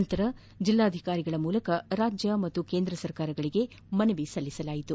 ನಂತರ ಜಿಲ್ಲಾಧಿಕಾರಿಗಳ ಮೂಲಕ ರಾಜ್ಯ ಮತ್ತು ಕೇಂದ್ರ ಸರ್ಕಾರಗಳಿಗೆ ಮನವಿ ಸಲ್ಲಿಸಲಾಯಿತು